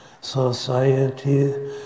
society